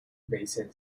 basin